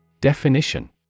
Definition